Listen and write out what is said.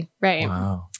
Right